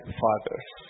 father's